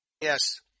Yes